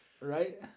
Right